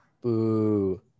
Boo